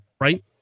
right